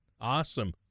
Awesome